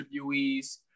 interviewees